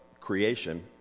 creation